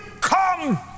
come